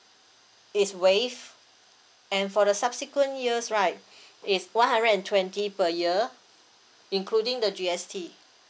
is waived and for the subsequent years right is one hundred and twenty per year including the G_S_T